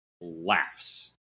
laughs